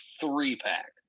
three-pack